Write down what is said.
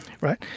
right